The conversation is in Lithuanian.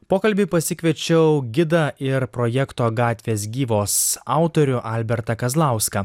pokalbiui pasikviečiau gidą ir projekto gatvės gyvos autorių albertą kazlauską